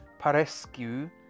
Parescu